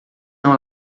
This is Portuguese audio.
não